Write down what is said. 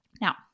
Now